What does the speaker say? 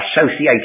associated